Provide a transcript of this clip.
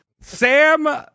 Sam